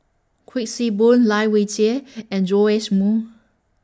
Kuik Swee Boon Lai Weijie and Joash Moo